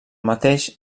mateix